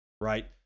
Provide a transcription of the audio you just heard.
right